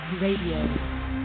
Radio